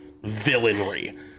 villainry